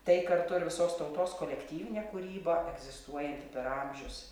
tai kartu ir visos tautos kolektyvinė kūryba egzistuojanti per amžius